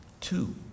Two